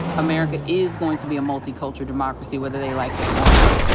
america is going to be a multicultural democracy, whether they like it or not.